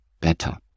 better